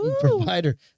provider